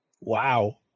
wow